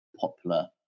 popular